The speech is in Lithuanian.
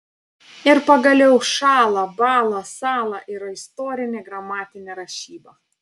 ir pagaliau šąla bąla sąla yra istorinė gramatinė rašyba